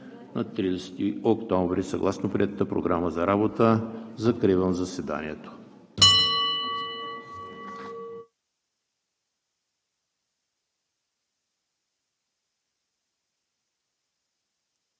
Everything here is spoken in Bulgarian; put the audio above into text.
на 30 октомври, съгласно приетата Програма за работа. Закривам заседанието.